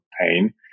pain